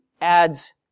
adds